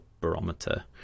barometer